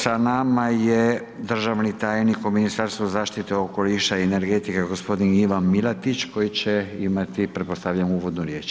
Sa nama je državni tajnik u Ministarstvo zaštite okoliša i energetike g. Ivan Milatić koji će imati, pretpostavljam uvodnu riječ.